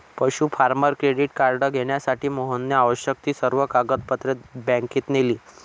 पशु farmer credit card घेण्यासाठी मोहनने आवश्यक ती सर्व कागदपत्रे बँकेत नेली